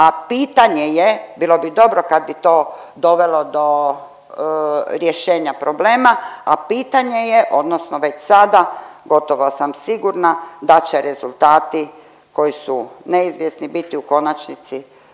a pitanje je, bilo bi dobro kad bi to dovelo do rješenja problema, a pitanje je odnosno već sada gotovo sam sigurna da će rezultati koji su neizvjesni biti u konačnici